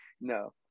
No